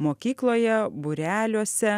mokykloje būreliuose